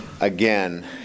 again